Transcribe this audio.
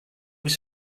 was